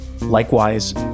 Likewise